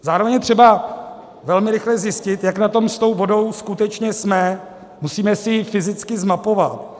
Zároveň je třeba velmi rychle zjistit, jak na tom s tou vodou skutečně jsme, musíme si ji fyzicky zmapovat.